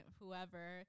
whoever